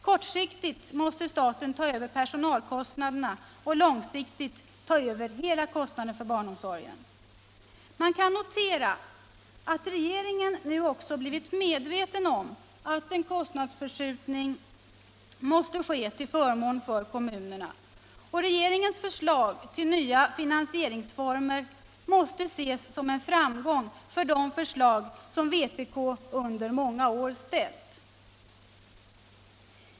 Kortsiktigt måste staten ta över personalkostnaderna och långsiktigt hela kostnaden för barnomsorgen. Man kan notera att regeringen nu också blivit medveten om att en kostnadsförskjutning måste ske till förmån för kommunerna. Regeringens förslag till nya finansieringsformer måste ses som en framgång för de förslag som vpk under många år ställt.